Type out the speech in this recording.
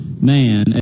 man